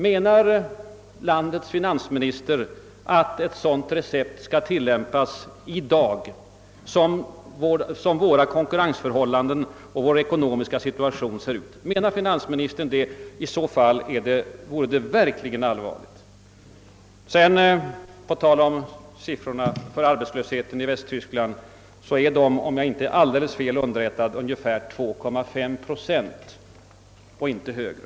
Menar landets finansminister att ett sådant recept skall tillämpas i dag, så som våra konkurrensförhållanden, vår bytesbalans och vår ekonomiska situation ser ut? I så fall vore det verkligt allvarligt. På tal om arbetslösheten i Västtyskland ligger den, om jag inte är alldeles fel underrättad, vid ungefär 2,5 procent och inte högre.